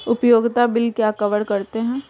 उपयोगिता बिल क्या कवर करते हैं?